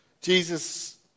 Jesus